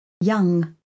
Young